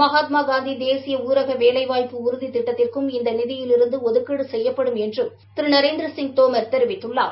மகாத்மாகாந்தி தேசிய ஊரக வேலைவாய்ப்பு உறுதி திட்டத்திற்கும் இந்த நிதியிலிருந்து ஒதுக்கீடு செய்யப்படும் என்றும் திரு நரேந்திரசிங் தோமர் தெரிவித்துள்ளார்